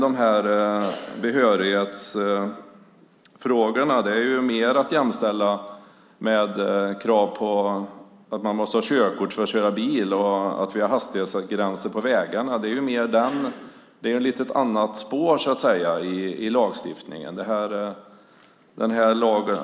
Behörighetsfrågorna är mer att jämställa med krav på körkort för att köra bil och hastighetsgränser på vägarna. Det är lite grann ett annat spår i lagstiftningen.